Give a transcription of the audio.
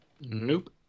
nope